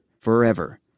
forever